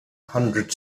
hundred